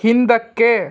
ಹಿಂದಕ್ಕೆ